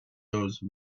those